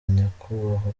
nyakubahwa